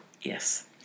yes